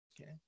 Okay